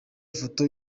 ifoto